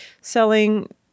selling